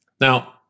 Now